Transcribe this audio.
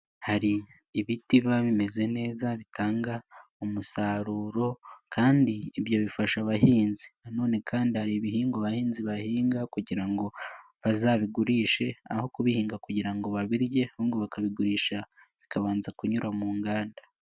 Hari ibiti biba bimeze neza bitanga umusaruro kandi ibyo bifasha abahinzi, nanone kandi hari ibihingwa abahinzi bahinga kugira ngo bazabigurishe aho kubihinga kugira ngo babirye ahubwo bakabigurisha bikabanza kunyura mu nganda.